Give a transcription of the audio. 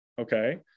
Okay